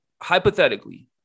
Hypothetically